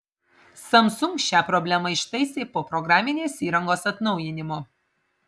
samsung šią problemą ištaisė po programinės įrangos atnaujinimo